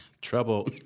Trouble